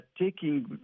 taking